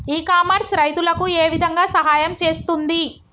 ఇ commerce రైతులకు ఏ విధంగా సహాయం చేస్తుంది?